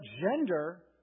gender